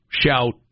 Shout